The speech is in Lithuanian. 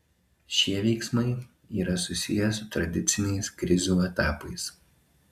šie veiksmai yra susiję su tradiciniais krizių etapais